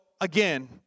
again